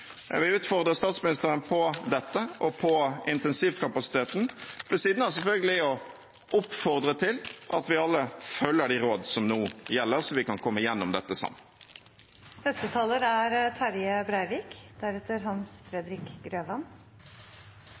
Jeg vil utfordre statsministeren på dette og på intensivkapasiteten, ved siden av selvfølgelig å oppfordre til at vi alle følger de råd som nå gjelder, så vi kan komme gjennom dette sammen. Takk til statsministeren for ei grundig orientering. Det er